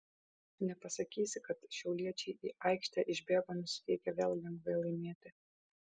nepasakysi kad šiauliečiai į aikštę išbėgo nusiteikę vėl lengvai laimėti